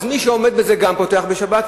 אז מי שלא עומד בזה גם פותח בשבת,